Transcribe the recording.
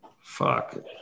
Fuck